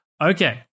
Okay